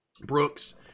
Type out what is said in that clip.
Brooks